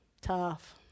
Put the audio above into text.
Tough